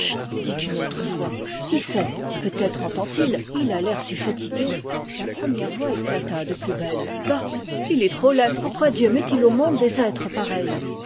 une autre voix qui sait peut-être entend il et il a l'air si fatigué la première voix éclata de plus belle bah il est trop laid pourquoi dieu met-il au monde des êtres pareils